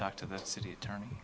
talk to the city attorney